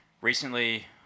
Recently